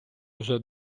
уже